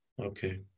Okay